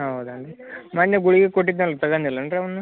ಹೌದೇನು ರೀ ಮೊನ್ನೆ ಗುಳ್ಗೆ ಕೊಟ್ಟಿದ್ನಲ್ಲ ತಗಂಡಿಲ್ಲೇನ್ರಿ ಅವನ್ನು